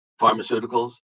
pharmaceuticals